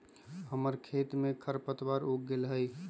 हमर खेत में खरपतवार उग गेल हई